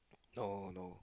no no